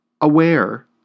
Aware